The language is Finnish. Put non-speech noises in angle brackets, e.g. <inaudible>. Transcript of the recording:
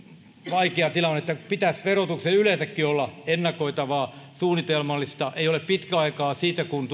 vaikea tilanne verotuksen pitäisi yleensäkin olla ennakoitavaa suunnitelmallista ei ole pitkä aika siitä kun <unintelligible>